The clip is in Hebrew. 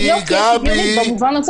-- אבל היא לא תהיה שוויונית במובן הזה